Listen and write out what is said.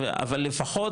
אבל לפחות,